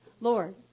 Lord